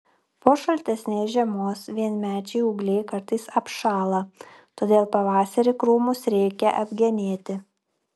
po šaltesnės žiemos vienmečiai ūgliai kartais apšąla todėl pavasarį krūmus reikia apgenėti